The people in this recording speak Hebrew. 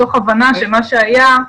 מתוך הבנה שמה שהיה,